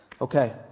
Okay